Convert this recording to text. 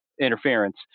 Interference